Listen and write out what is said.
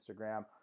Instagram